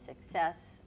success